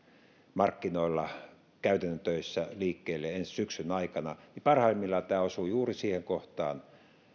markkinoilla käytännön töissä liikkeelle ensi syksyn aikana niin parhaimmillaan tämä osuu juuri siihen kohtaan